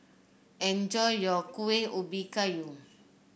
enjoy your Kueh Ubi Kayu